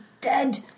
dead